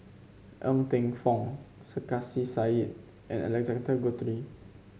Ng Teng Fong Sarkasi Said and Alexander Guthrie